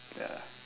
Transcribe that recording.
ya